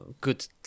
good